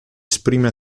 esprime